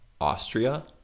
Austria